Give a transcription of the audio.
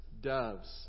doves